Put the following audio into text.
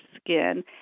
skin